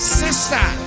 sister